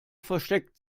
versteckt